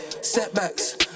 Setbacks